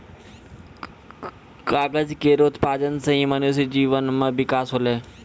कागज केरो उत्पादन सें ही मनुष्य जीवन म बिकास होलै